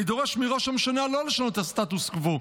אני דורש מראש הממשלה לא לשנות את הסטטוס קוו.